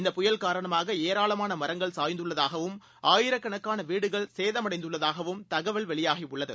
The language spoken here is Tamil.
இந்த புயல் காரணமாகஏராளமானமரங்கள் சாய்ந்தஉள்ளதாகவும் ஆயிரக்கணக்கானவீடுகள் சேதம் அடைந்துள்ளதாகவும் தகவல் வெளியாகிஉள்ளது